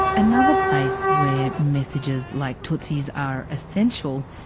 another place where messages like tootsie's are essential,